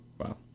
Wow